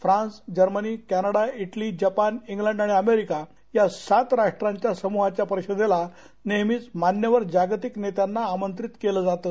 France Germany Canada Italy Japan England आणि America या सात राष्ट्रांच्या या समुहाच्या परिषदेला नेहमीच मान्यवर जागतिक नेत्यांना आमंत्रित केलं जातं